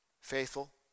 Faithful